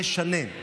לשנן,